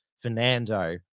Fernando